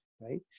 right